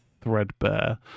threadbare